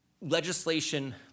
legislation